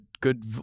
good